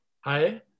Hi